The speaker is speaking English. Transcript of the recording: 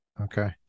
Okay